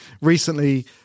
recently